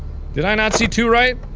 did i not see two right?